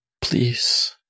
Please